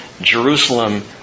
Jerusalem